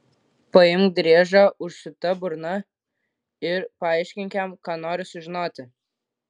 paimk driežą užsiūta burna ir paaiškink jam ką nori sužinoti